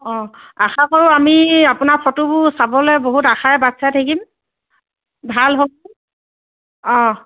অঁ আশা কৰো আমি আপোনাৰ ফটোবোৰ চাবলৈ বহুত আশাৰে বাটচাই থাকিম ভাল হওক অঁ